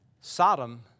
Sodom